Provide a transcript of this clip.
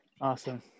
Awesome